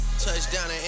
Touchdown